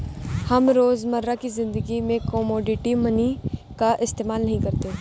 हम रोजमर्रा की ज़िंदगी में कोमोडिटी मनी का इस्तेमाल नहीं करते